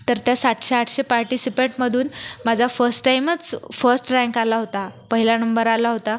तर त्या सातशेआठशे पार्टीसिपटमधून माझा फर्स्ट टाइमच फर्स्ट रँक आला होता पहिला नंबर आला होता